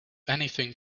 anything